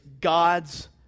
God's